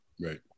Right